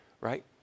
right